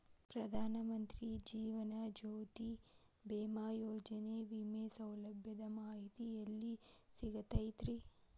ಪ್ರಧಾನ ಮಂತ್ರಿ ಜೇವನ ಜ್ಯೋತಿ ಭೇಮಾಯೋಜನೆ ವಿಮೆ ಸೌಲಭ್ಯದ ಮಾಹಿತಿ ಎಲ್ಲಿ ಸಿಗತೈತ್ರಿ?